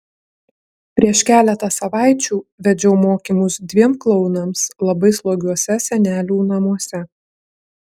prieš keletą savaičių vedžiau mokymus dviem klounams labai slogiuose senelių namuose